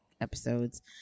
episodes